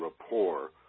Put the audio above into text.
rapport